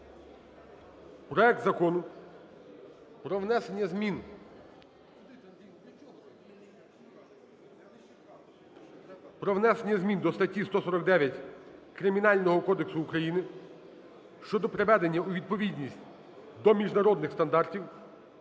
проект Закону про внесення змін до статті 149 Кримінального кодексу України (щодо приведення у відповідність до міжнародних стандартів)